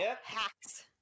hacks